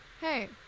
hey